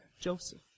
Joseph